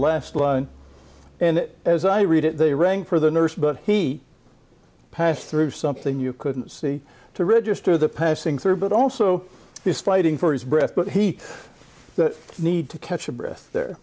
last line and as i read it they rang for the nurse but he passed through something you couldn't see to register the passing through but also he's fighting for his breath but he that need to catch a breath there